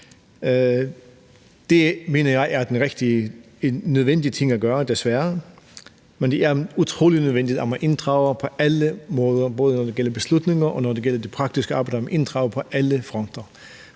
Det mener jeg er en nødvendig ting at gøre, desværre. Men det er utrolig nødvendigt, at man på alle måder – både når det gælder beslutninger, og når det gælder det praktiske arbejde – inddrager på alle fronter,